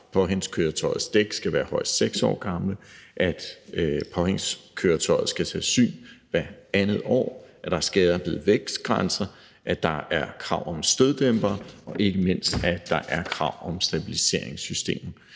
at påhængskøretøjets dæk skal være højst 6 år gamle, at påhængskøretøjet skal til syn hvert 2. år, at der er skærpede vægtgrænser, at der er krav om støddæmper, og ikke mindst at der er krav om stabiliseringssystemer.